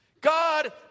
God